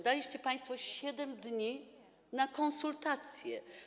Daliście państwo 7 dni na konsultacje.